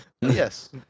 Yes